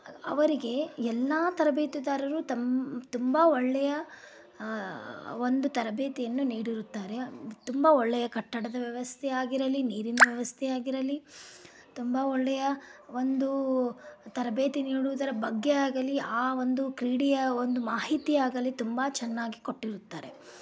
ಅವರಿಗೆ ಎಲ್ಲ ತರಬೇತುದಾರರು ತಂ ತುಂಬ ಒಳ್ಳೆಯ ಒಂದು ತರಬೇತಿಯನ್ನು ನೀಡಿರುತ್ತಾರೆ ತುಂಬ ಒಳ್ಳೆಯ ಕಟ್ಟಡದ ವ್ಯವಸ್ಥೆ ಆಗಿರಲಿ ನೀರಿನ ವ್ಯವಸ್ಥೆ ಆಗಿರಲಿ ತುಂಬ ಒಳ್ಳೆಯ ಒಂದು ತರಬೇತಿ ನೀಡುವುದರ ಬಗ್ಗೆ ಆಗಲಿ ಆ ಒಂದು ಕ್ರೀಡೆಯ ಒಂದು ಮಾಹಿತಿಯಾಗಲಿ ತುಂಬ ಚೆನ್ನಾಗಿ ಕೊಟ್ಟಿರುತ್ತಾರೆ